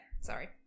sorry